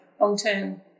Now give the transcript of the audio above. long-term